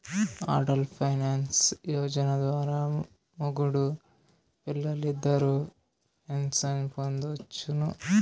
Atal pension Yojana ద్వారా మొగుడూ పెల్లాలిద్దరూ పెన్సన్ పొందొచ్చును